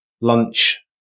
lunch